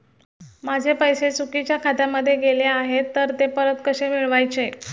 माझे पैसे चुकीच्या खात्यामध्ये गेले आहेत तर ते परत कसे मिळवायचे?